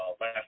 last